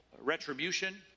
retribution